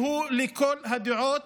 שהוא לכל הדעות